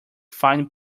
fine